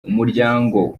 umuryango